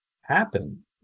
happen